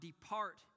depart